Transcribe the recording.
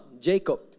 Jacob